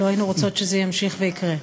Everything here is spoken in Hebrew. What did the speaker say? לא היינו רוצות שזה ימשיך ויקרה.